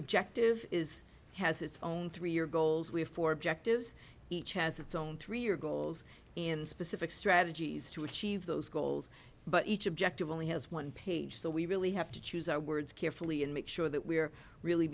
objective is has its own three year goals we have four objectives each has its own three year goals in specific strategies to achieve those goals but each objective only has one page so we really have to choose our words carefully and make sure that we're really